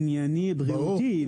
ענייני בריאותי,